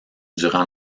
durant